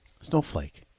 snowflake